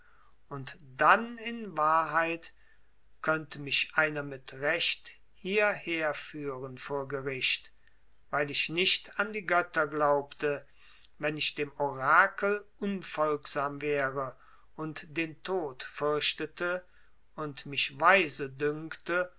und dann in wahrheit könnte mich einer mit recht hierher führen vor gericht weil ich nicht an die götter glaubte wenn ich dem orakel unfolgsam wäre und den tod fürchtete und mich weise dünkte